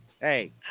Hey